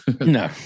No